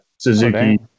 Suzuki